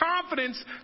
confidence